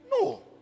no